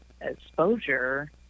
exposure